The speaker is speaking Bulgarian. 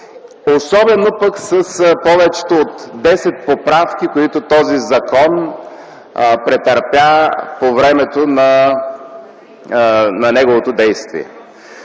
особено пък с повече от 10 поправки, които този закон претърпя по времето на неговото действие.